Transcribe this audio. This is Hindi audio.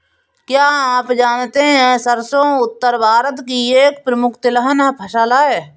क्या आप जानते है सरसों उत्तर भारत की एक प्रमुख तिलहन फसल है?